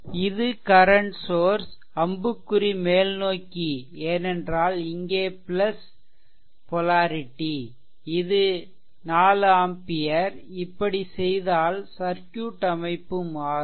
இது current source அம்புக்குறி மேல்நோக்கி ஏனென்றால் இங்கே பொலாரிடிஇது 4 ஆம்பியர் இப்படி செய்தால் சர்க்யூட் அமைப்பு மாறும்